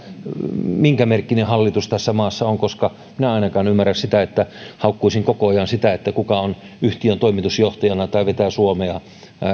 minkä merkkinen hallitus tässä maassa on koska minä en ainakaan ymmärrä sitä että haukkuisin koko ajan sitä kuka on yhtiön toimitusjohtajana tai vetää suomea